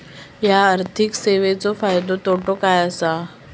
हया आर्थिक सेवेंचो फायदो तोटो काय आसा?